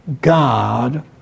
God